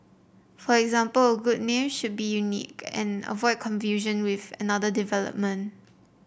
for example a good name should be unique and avoid confusion with another development